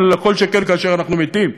אבל לא כל שכן כאשר אנחנו מתים.